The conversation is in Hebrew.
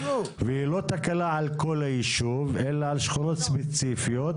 ולא תקלה על כל היישוב, אלא על שכונות ספציפיות.